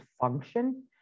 function